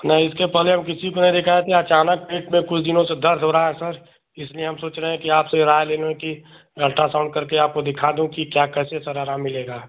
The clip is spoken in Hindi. नहीं इसके पहले हम किसी को नहीं दिखाए थे अचानक पेट में कुछ दिनों से दर्द हो रहा है सर इसलिए हम सोच रहे हैं कि आपसे राय ले लें कि अल्ट्रासाउन्ड करके आपको दिखा दूँ कि क्या कैसे सर आराम मिलेगा